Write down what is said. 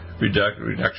reduction